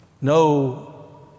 No